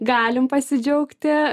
galim pasidžiaugti